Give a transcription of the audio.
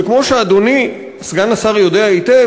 וכמו שאדוני סגן השר יודע היטב,